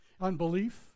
Unbelief